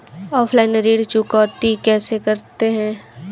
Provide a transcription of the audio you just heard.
Offline ऋण चुकौती कैसे करते हैं?